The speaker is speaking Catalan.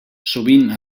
sovint